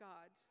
God